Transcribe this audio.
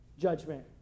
judgment